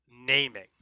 naming